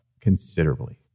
considerably